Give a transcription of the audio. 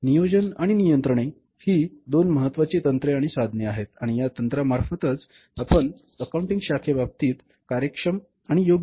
तर नियोजन आणि नियंत्रणे ही दोन महत्वाची तंत्रे आणि साधने आहेत आणि या तंत्रांमार्फतच आपण अकाऊंटिंग शाखे बाबतीत कार्यक्षम आणि योग्यरित्या सुबक बनू शकतो